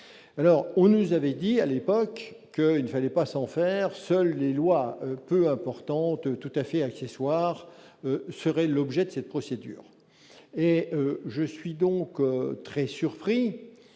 alors on nous avait dit à l'époque que une fallait pas s'en faire, seules les lois peu importante tout à fait accessoire serait l'objet de cette procédure et je suis donc très surpris